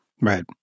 Right